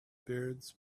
beards